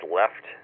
left